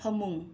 ꯐꯃꯨꯡ